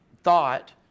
thought